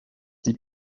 die